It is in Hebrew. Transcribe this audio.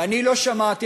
ואני לא שמעתי,